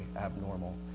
abnormal